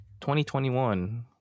2021